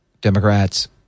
Democrats